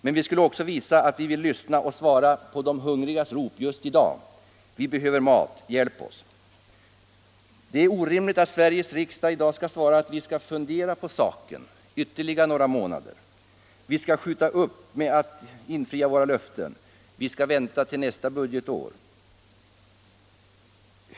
Men vi skulle också visa att vi vill lyssna och svara på de hungrigas rop just i dag: Vi behöver mat — hjälp oss! Det är orimligt att Sveriges riksdag i dag skall svara: Vi skall fundera på saken ytterligare några månader, vi skall skjuta upp infriandet av våra löften, vi skall vänta till nästa budgetår.